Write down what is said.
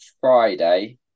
Friday